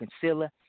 concealer